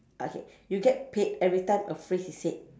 okay you get paid every time a phrase is said